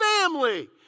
family